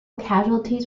casualties